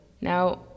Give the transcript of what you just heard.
Now